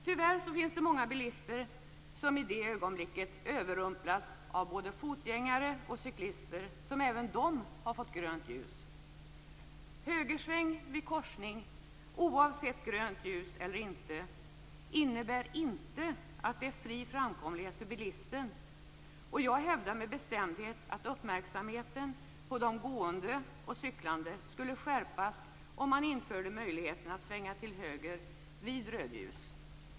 Tyvärr finns det många bilister som i det ögonblicket överrumplas av både fotgängare och cyklister, som även de har fått grönt ljus. Högersväng vid korsning, oavsett grönt ljus eller inte, innebär inte att det är fri framkomlighet för bilisten. Jag hävdar med bestämdhet att uppmärksamheten på de gående och cyklande skulle skärpas om man införde möjligheten att svänga till höger vid rödljus.